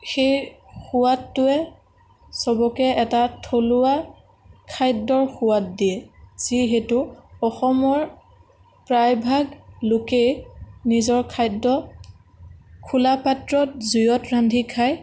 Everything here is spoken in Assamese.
সেই সোৱাদটোৱে সবকে এটা থলুৱা খাদ্যৰ সোৱাদ দিয়ে যিহেতু অসমৰ প্ৰায়ভাগ লোকেই নিজৰ খাদ্য খোলা পাত্ৰত জুইত ৰান্ধি খায়